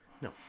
no